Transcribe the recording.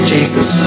Jesus